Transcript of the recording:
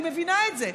אני מבינה את זה.